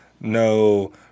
No